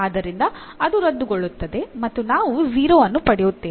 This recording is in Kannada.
ಆದ್ದರಿಂದ ಅದು ರದ್ದುಗೊಳ್ಳುತ್ತದೆ ಮತ್ತು ನಾವು 0 ಅನ್ನು ಪಡೆಯುತ್ತೇವೆ